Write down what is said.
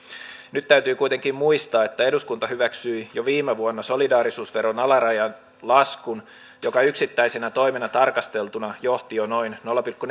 nyt täytyy kuitenkin muistaa että eduskunta hyväksyi jo viime vuonna solidaarisuusveron alarajan laskun joka yksittäisenä toimena tarkasteltuna johti jo noin nolla pilkku